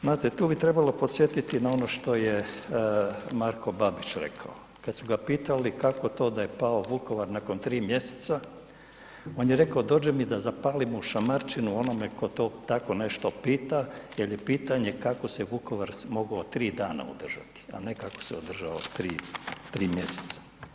Znate, tu bi trebalo podsjetiti na ono što je Marko Babić rekao kad su ga pitali kako to da je pao Vukovar nakon 3 mjeseca, on je rekao, dođe mi da zapalim mu šamarčinu onome tko to, tako nešto pita jer je pitanje kako se Vukovar mogao 3 dana održati, a ne kako se održao 3 mjeseca.